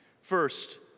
First